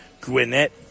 Gwinnett